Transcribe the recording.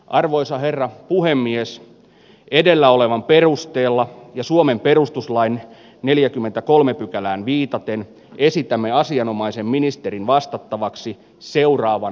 arvoisa herra puhemies edellä olevan perusteella ja suomen perustuslain neljäkymmentäkolme pykälään viitaten esitämme asianomaisen ministerin vastattavaksi seuraavan